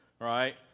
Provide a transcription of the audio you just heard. right